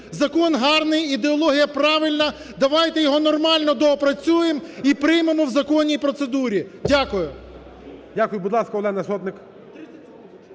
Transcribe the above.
Закон гарний, ідеологія правильна, давайте його нормально доопрацюємо і приймемо в законній процедурі. Дякую. ГОЛОВУЮЧИЙ. Дякую. Будь ласка, Олена Сотник.